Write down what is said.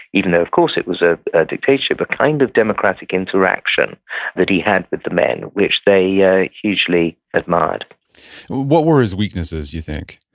even though of course it was ah a dictatorship, a kind of democratic interaction that he had with the men, which they yeah hugely admired what were his weaknesses, you think?